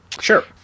sure